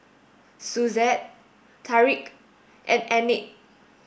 Suzette Tarik and Enid